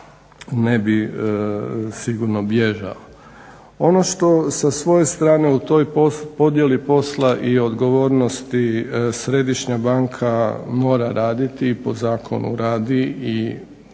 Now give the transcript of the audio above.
ne bi sigurno bježao. Ono što sa svoje strane o toj podjeli posla i odgovornosti središnja banka mora raditi, po zakonu radi i